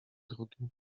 drugim